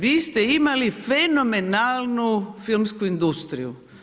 Vi ste imali fenomenalnu filmsku industriju.